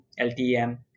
ltm